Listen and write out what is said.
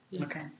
Okay